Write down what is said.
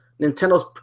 Nintendo's